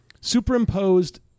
superimposed